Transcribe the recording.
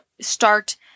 start